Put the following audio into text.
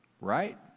Right